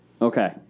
okay